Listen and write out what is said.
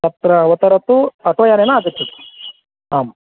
तत्र उत्तरति अथ यानेन आगच्छतु आम्